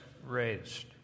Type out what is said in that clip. Raised